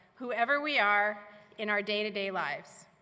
whoever we are in our day-to-day lives.